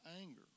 anger